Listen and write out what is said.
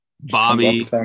Bobby